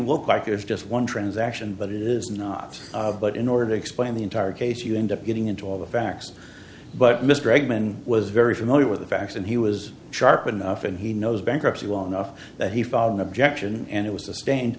look like it is just one transaction but it is not but in order to explain the entire case you end up getting into all the facts but mr eggman was very familiar with the facts and he was sharp enough and he knows bankruptcy long enough that he followed an objection and it was sustained